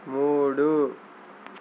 మూడు